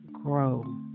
grow